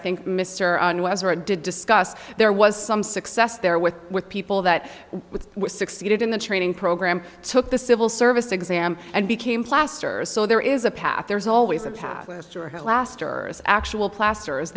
think mr did discuss there was some success there with with people that with succeeded in the training program took the civil service exam and became plasters so there is a path there's always a path to hell laster as actual plasters